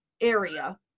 area